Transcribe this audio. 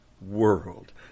world